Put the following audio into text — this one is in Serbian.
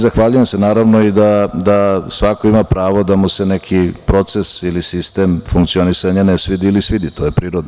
Zahvaljujem se naravno i svako ima pravo da mu se neki proces ili sistem funkcionisanja ne svidi ili svidi, to je prirodno.